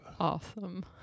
Awesome